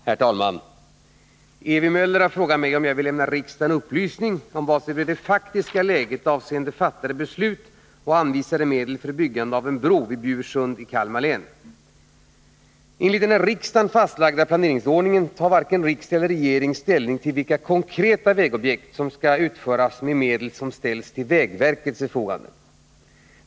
Herr talman! Ewy Möller har frågat mig om jag vill lämna riksdagen upplysning om vad som är det faktiska läget avseende fattade beslut och anvisade medel för byggande av en bro vid Bjursund i Kalmar län. Enligt den av riksdagen fastlagda planeringsordningen tar varken riksdag eller regering ställning till vilka konkreta vägobjekt som skall utföras med de medel som ställs till vägverkets förfogande.